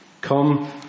Come